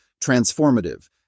transformative